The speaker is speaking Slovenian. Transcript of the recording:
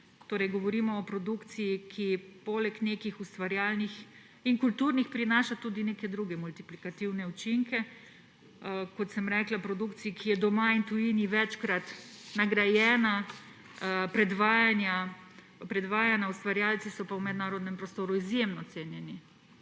Torej govorimo o produkciji, ki poleg nekih ustvarjalnih in kulturnih prinaša tudi neke druge multiplikativne učinke, kot sem rekla, o produkciji, ki je doma in v tujini večkrat nagrajena in predvajana, ustvarjalci so pa v mednarodnem prostoru izjemno cenjeni.